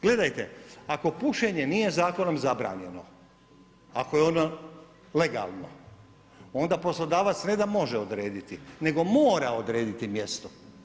Gledajte, ako pušenje nije zakonom zabranjeno, ako je ono legalno, onda poslodavac ne da može odrediti, nego mora odrediti mjesto.